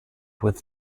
with